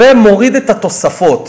ומוריד את התוספות,